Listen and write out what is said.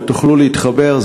ותוכלו להתחבר,